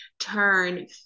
turn